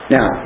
Now